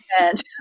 And-